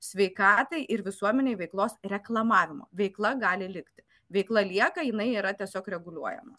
sveikatai ir visuomenei veiklos reklamavimo veikla gali likti veikla lieka jinai yra tiesiog reguliuojama